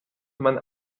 man